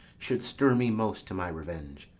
should stir me most to my revenge.